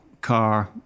car